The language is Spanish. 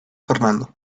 fernando